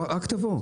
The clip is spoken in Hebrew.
רק תבואו.